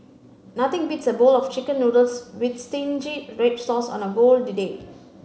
nothing beats a bowl of chicken noodles with stingy red sauce on a cold day